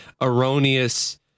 erroneous